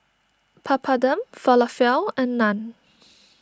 Papadum Falafel and Naan